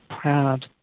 proud